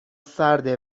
سرده